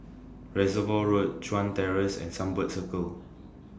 Reservoir Road Chuan Terrace and Sunbird Circle